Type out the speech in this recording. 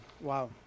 Wow